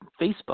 Facebook